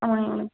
ஆ